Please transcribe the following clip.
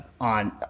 on